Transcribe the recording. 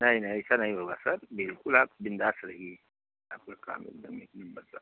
नहीं नहीं ऐसा नही होगा सर बिल्कुल आप बिंदास रहिए आपका काम एकदम